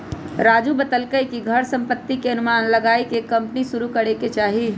राजू बतलकई कि घर संपत्ति के अनुमान लगाईये के कम्पनी शुरू करे के चाहि